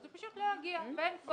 הוא פשוט יגיע ואין קוורום.